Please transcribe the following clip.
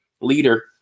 leader